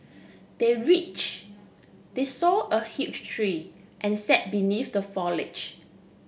they reach they saw a huge tree and sat beneath the foliage